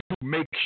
make